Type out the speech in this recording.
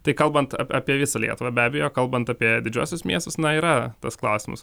tai kalbant ap apie visą lietuvą be abejo kalbant apie didžiuosius miestus na yra tas klausimas